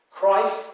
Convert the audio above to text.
Christ